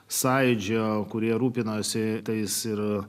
sąjūdžio kurie rūpinasi tais ir